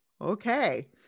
Okay